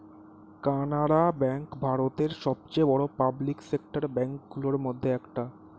Canara bank ভারতের সবচেয়ে বড় পাবলিক সেক্টর ব্যাঙ্ক গুলোর মধ্যে একটা